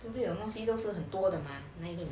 这种东西都是很多的吗那就